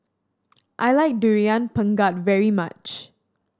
I like Durian Pengat very much